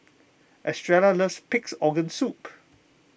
Estrella loves Pig's Organ Soup